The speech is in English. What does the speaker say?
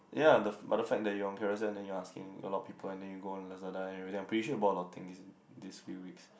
ya the but the fact that you're on Carousell then you're asking a lot of people and then you go on Lazada and really I'm pretty sure you bought a lot of things in these few weeks